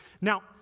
Now